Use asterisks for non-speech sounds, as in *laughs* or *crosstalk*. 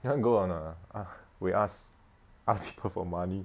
you want to go or not ah ah we ask ask *laughs* people for money